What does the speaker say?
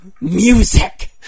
music